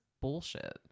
bullshit